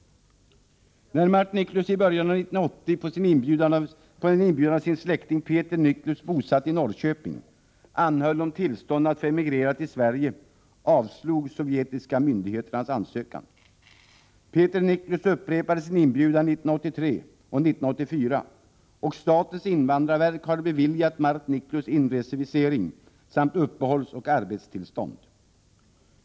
När Mart Niklus i början av 1980 på inbjudan av sin släkting Peeter Niklus, bosatt i Norrköping, anhöll om tillstånd att få emigrera till Sverige avslog sovjetiska myndigheter hans ansökan. Peeter Niklus upprepade sin inbjudan 1983 och 1984, och statens invandrarverk har beviljat Mart Niklus inresevisering samt uppehållsoch arbetstillstånd.